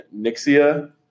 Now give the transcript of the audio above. Nixia